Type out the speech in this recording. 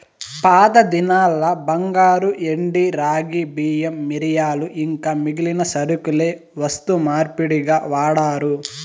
పాతదినాల్ల బంగారు, ఎండి, రాగి, బియ్యం, మిరియాలు ఇంకా మిగిలిన సరకులే వస్తు మార్పిడిగా వాడారు